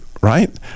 right